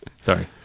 Sorry